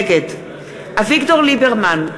נגד אביגדור ליברמן,